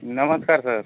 नमस्कार सर